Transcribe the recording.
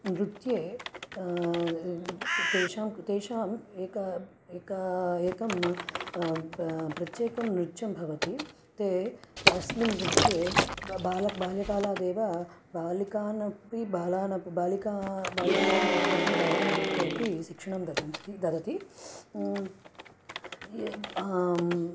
नृत्ये ते तेषां तेषां एका ब् एका एकं पा प्रत्येकं नृत्यं भवति ते तास्मिन् नृत्ये बाल बाल्यकालादेव बालिकानपि बालानपि बालिका बालिकानां कृते अपि बालानां कृते अपि शिक्षणं ददन्ति ददति